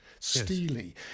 steely